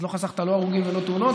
אז לא חסכת לא הרוגים ולא תאונות,